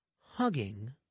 hugging